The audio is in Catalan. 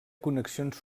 connexions